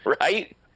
right